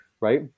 right